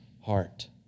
heart